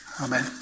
Amen